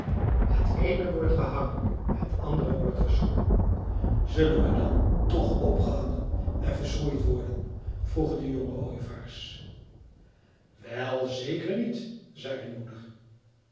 het eene wordt gehangen het andre wordt verschroeid zullen we dan toch opgehangen en verschroeid worden vroegen de jonge ooievaars wel zeker niet zei hun moeder